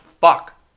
fuck